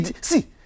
see